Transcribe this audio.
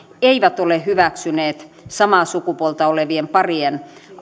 eivät ole hyväksyneet samaa sukupuolta olevien parien